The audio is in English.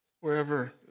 wherever